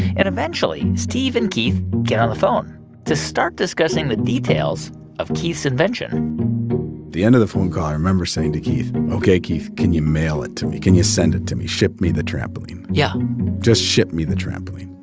and eventually, steve and keith get on the phone to start discussing the details of keith's invention at the end of the phone call, i remember saying to keith, ok, keith, can you mail it to me? can you send it to me ship me the trampoline? yeah just ship me the trampoline.